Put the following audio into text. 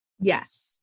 yes